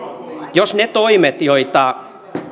jos ne toimet joita